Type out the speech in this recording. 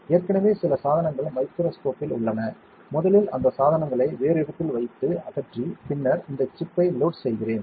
ஏற்கனவே சில சாதனங்கள் மைக்ரோஸ்கோப்பில் உள்ளன முதலில் அந்த சாதனங்களை வேறு இடத்தில் வைத்து அகற்றி பின்னர் இந்த சிப்பை லோட் செய்கிறேன்